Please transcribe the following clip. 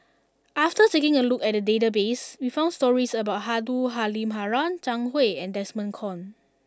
after taking a look at the database we found stories about Abdul Halim Haron Zhang Hui and Desmond Kon